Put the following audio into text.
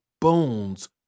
bones